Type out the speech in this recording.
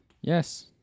Yes